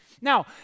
Now